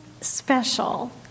special